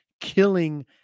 killing